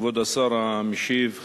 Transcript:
כבוד השר המשיב,